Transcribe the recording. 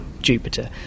Jupiter